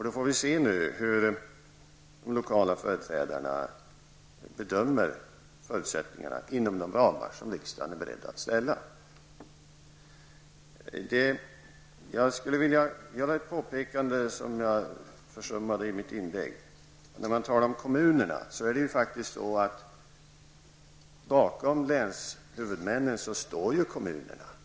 Då får vi se hur de lokala företrädarna bedömer förutsättningarna inom de ramar som riksdagen är beredd att ställa upp. Jag skulle vilja göra ett påpekande som jag försummade i mitt inlägg. När man talar om kommunerna är det faktiskt på det sättet att bakom länshuvudmännen står kommunerna.